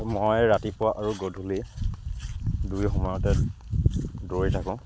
মই ৰাতিপুৱা আৰু গধূলি দুই সময়তে দৌৰি থাকোঁ